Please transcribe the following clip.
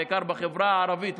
בעיקר בחברה הערבית,